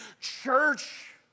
church